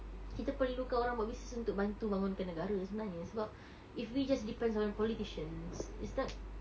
kita perlukan orang buat business untuk bantu bangunkan negara sebenarnya sebab if we just depend on the politicians is not